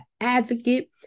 advocate